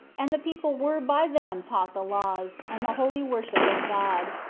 and the people were by them taught the laws, and the holy worship of god,